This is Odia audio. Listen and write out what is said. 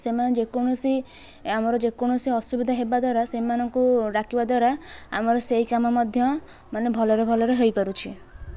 ସେମାନେ ଯେକୌଣସି ଆମର ଯେକୌଣସି ଅସୁବିଧା ହେବା ଦ୍ଵାରା ସେମାନଙ୍କୁ ଡାକିବା ଦ୍ଵାରା ଆମର ସେଇ କାମ ମଧ୍ୟ ମାନେ ଭଲରେ ଭଲରେ ହେଇପାରୁଛି